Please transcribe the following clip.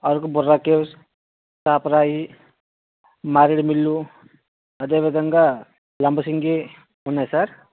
Araku Borra caves Chaparai Maredumilli అదే విధంగా లంబసింగి ఉన్నాయి సార్